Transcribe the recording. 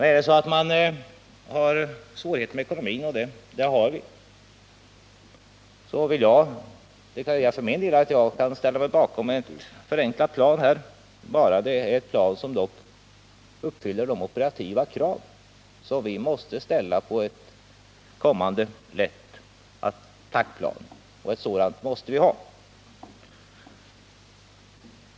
Har vi svårigheter med ekonomin, vilket vi också har, vill jag deklarera att jag kan ställa mig bakom ett förenklat plan, bara det blir fråga om ett plan som uppfyller de operativa krav som vi måste ställa på ett kommande lätt attackplan, och ett sådant måste vi ju ha.